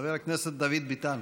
חבר הכנסת דוד ביטן,